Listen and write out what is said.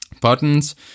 buttons